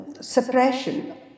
suppression